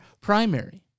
primary